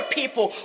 people